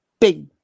big